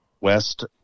West